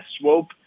Swope